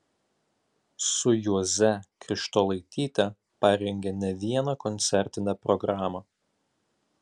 su juoze krištolaityte parengė ne vieną koncertinę programą